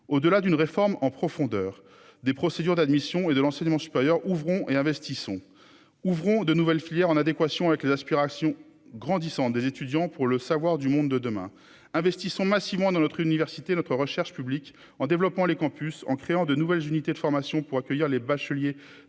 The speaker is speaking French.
au delà d'une réforme en profondeur des procédures d'admission et de l'enseignement supérieur, ouvrons et investissons ouvrons de nouvelles filières en adéquation avec les aspirations grandissant des étudiants pour le savoir du monde de demain investissons massivement dans l'autre université notre recherche publique en développement, les campus en créant de nouvelles unités de formation pour accueillir les bacheliers